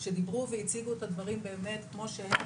שדיברו והציגו את הדברים באמת כמו שהם,